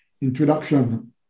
introduction